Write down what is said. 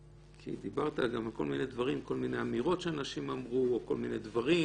כי דיברת גם על כל מיני אמירות שאנשים אמרו או כל מיני דברים.